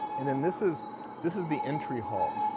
and then this is this is the entry hall.